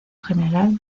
general